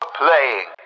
playing